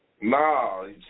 No